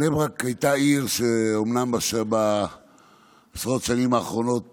בני ברק הייתה עיר שאומנם בעשרות השנים האחרונות